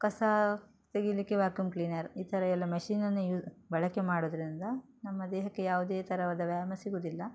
ಕಸ ತೆಗಿಲಿಕ್ಕೆ vacuum cleaner ಈ ಥರ ಎಲ್ಲ ಮೆಷಿನನ್ನು ಯೂ ಬಳಕೆ ಮಾಡೋದ್ರಿಂದ ನಮ್ಮ ದೇಹಕ್ಕೆ ಯಾವುದೇ ಥರವಾದ ವ್ಯಾಯಾಮ ಸಿಗೋದಿಲ್ಲ